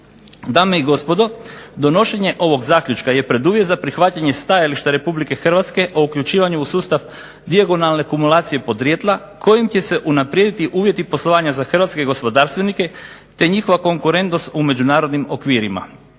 Dame i gospodo donošenje ovog zaključka je preduvjet za prihvaćanje stajališta RH o uključivanju u sustav dijagonalne kumulacije podrijetla kojim će se unaprijediti uvjeti poslovanja za hrvatske gospodarstvenike te njihova konkurentnost u međunarodnim okvirima.